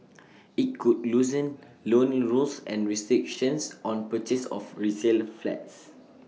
IT could loosen loan rules and restrictions on purchase of resale flats